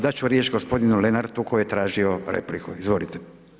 Dat ću riječ gospodinu Lenartu koji je tražio repliku, izvolite.